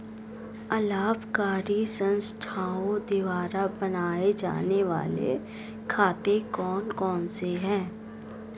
अलाभकारी संस्थाओं द्वारा बनाए जाने वाले खाते कौन कौनसे हैं?